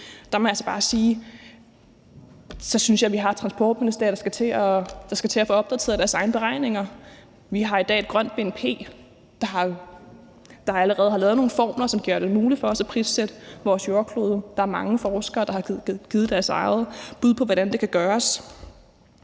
Der må jeg altså bare sige, at så synes jeg, vi har et Transportministerium, som skal til at få opdateret deres egne beregninger. Vi har i dag grønt bnp, og der er allerede lavet nogle formler, der gør det muligt for os at prissætte vores jordklode. Der er mange forskere, der har givet deres eget bud på, hvordan det kan gøres.